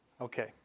Okay